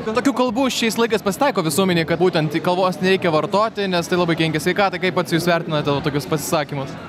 ten tokių kalbų šiais laikais pasitaiko visuomenėj kad būtent kavos nereikia vartoti nes tai labai kenkia sveikatai kaip pats jūs vertinate tokius pasisakymus